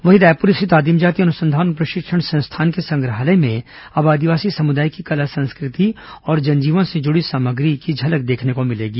वहीं रायपुर स्थित आदिम जाति अनुसंधान और प्रशिक्षण संस्थान के संग्रहालय में अब आदिवासी समुदाय की कला संस्कृति और जनजीवन से जुड़ी सामग्री की झलक देखने को मिलेगी